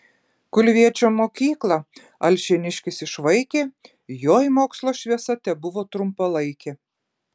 kulviečio mokyklą alšėniškis išvaikė joj mokslo šviesa tebuvo trumpalaikė